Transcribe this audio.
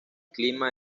clima